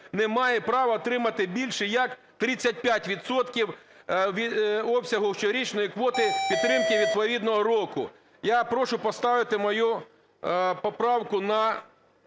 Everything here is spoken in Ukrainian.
не має права отримати більше як 35 відсотків обсягу щорічної квоти підтримки відповідного року". Я прошу поставити мою поправку на